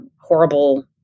horrible